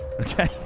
Okay